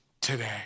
today